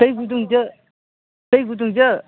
दै गुदुंजो दै गुदुंजो